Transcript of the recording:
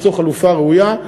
למצוא חלופה ראויה.